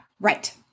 Right